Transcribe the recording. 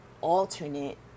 alternate